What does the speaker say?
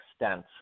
extent